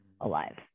alive